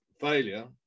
failure